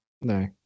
No